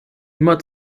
immer